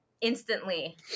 instantly